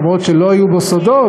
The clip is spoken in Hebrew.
אומנם לא היו בו סודות,